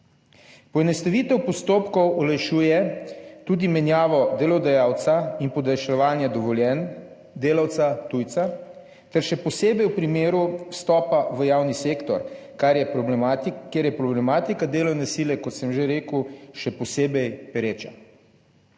Poenostavitev postopkov olajšuje tudi menjavo delodajalca in podaljševanje dovoljenj delavca tujca ter še posebej v primeru vstopa v javni sektor, kjer je problematika delovne sile, kot sem že rekel, še posebej pereča.